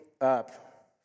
up